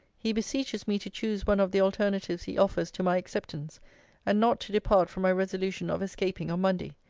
he beseeches me to choose one of the alternatives he offers to my acceptance and not to depart from my resolution of escaping on monday,